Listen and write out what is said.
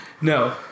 No